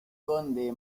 conde